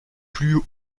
plus